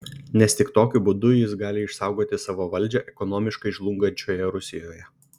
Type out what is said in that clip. nes tik tokiu būdu jis gali išsaugoti savo valdžią ekonomiškai žlungančioje rusijoje